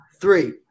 Three